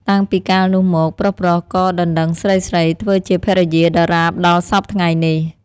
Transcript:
តាំងពីកាលនោះមកប្រុសៗក៏ដណ្តឹងស្រីៗធ្វើជាភរិយាដរាបដល់សព្វថៃ្ងនេះ។